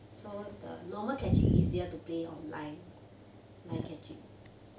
so the normal catching easier to play or line line catching